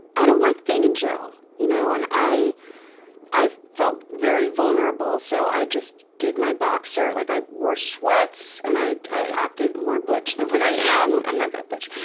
i don't like being in jail. you know. and i i felt very vulnerable so i just did my boxer like i wore sweats, and i i acted more butch than what i am. i'm not that butch.